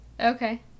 okay